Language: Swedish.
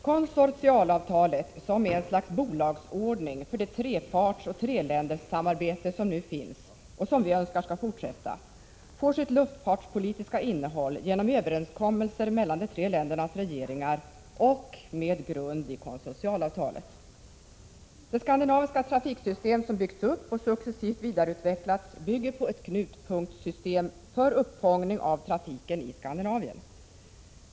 Konsortialavtalet, som är ett slags bolagsordning för det trepartsoch treländerssamarbete som finns och som vi önskar skall fortsätta, får sitt luftfartspolitiska innehåll genom överenskommelser mellan de tre ländernas regeringar, med grund i konsortialavtalet. Det skandinaviska trafiksystem som byggts upp och successivt vidareutvecklats bygger på ett knutpunktssystem för uppfångning av trafiken i Skandinavien.